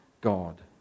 God